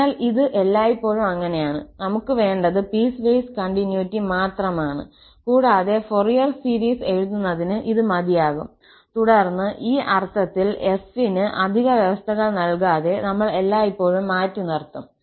അതിനാൽ ഇത് എല്ലായ്പ്പോഴും അങ്ങനെയാണ് നമുക്ക് വേണ്ടത് പീസ്വേസ് കണ്ടിന്യൂറ്റി മാത്രമാണ് കൂടാതെ ഫൊറിയർ സീരീസ് എഴുതുന്നതിന് ഇത് മതിയാകും തുടർന്ന് ഈ അർത്ഥത്തിൽ f ന് അധിക വ്യവസ്ഥകൾ നൽകാതെ നമ്മൾ എല്ലായ്പ്പോഴും മാറ്റിനിർത്തും